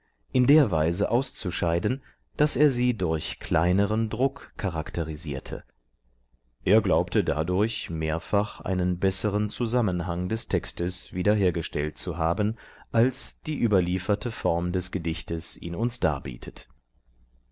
in der weise auszuscheiden daß er sie durch kleineren druck charakterisierte er glaubte dadurch mehrfach einen besseren zusammenhang des textes wiederhergestellt zu haben als die überlieferte form des gedichtes ihn uns darbietet